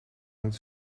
hangt